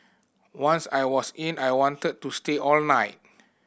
once I was in I wanted to stay all night